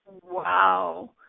wow